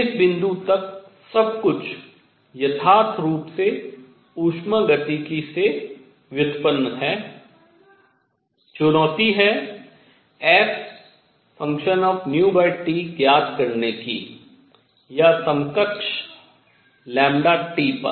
इस बिंदु तक सब कुछ यथार्थ रूप से उष्मागतिकी से व्युत्पन्न है चुनौती है fT ज्ञात करने की या समकक्ष λT पर